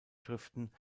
schriften